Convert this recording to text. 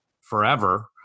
forever